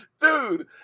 Dude